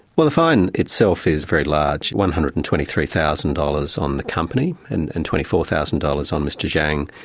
well the fine itself is very large, one hundred and twenty three thousand dollars on the company, and and twenty four thousand dollars on mr zhang,